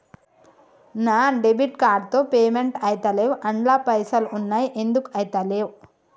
నా debit card తో payment ఐతలేవ్ అండ్ల పైసల్ ఉన్నయి ఎందుకు ఐతలేవ్?